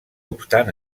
obstant